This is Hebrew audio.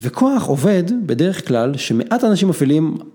וכח עובד בדרך כלל שמעט אנשים מפעילים